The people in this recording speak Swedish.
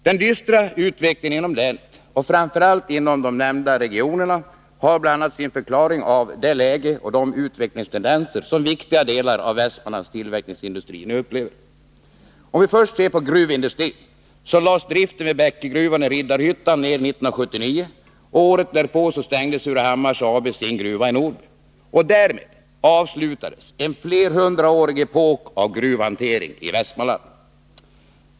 Den dystra utvecklingen inom länet och framför allt inom de nämnda regionerna har bl.a. sin förklaring i det läge och de utvecklingstendenser som viktiga delar av västmanländsk tillverkningsindustri nu upplever. Om vi först ser på gruvindustrin, så lades driften vid Bäckegruve i Riddarhyttan ner 1979, och året därpå stängde Surahammars Bruks AB sin gruva i Norberg. Därmed avslutades en flerhundraårig epok av gruvhantering i Västmanland.